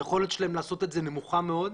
שהיכולת שלהם לעשות את זה נמוכה מאוד,